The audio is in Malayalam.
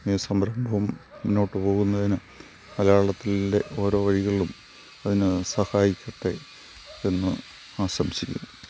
മുന്നോട്ടു പോകുന്നതിന് മലയാളത്തിൻ്റെ ഓരോ വരികളിലും അതിന് സഹായിക്കട്ടെ എന്ന് ആശംസിക്കുന്നു